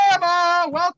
Welcome